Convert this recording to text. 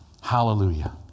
Hallelujah